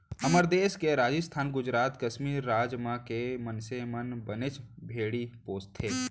हमर देस के राजिस्थान, गुजरात, कस्मीर राज मन के मनसे मन बनेच भेड़ी पोसथें